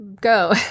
go